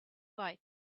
right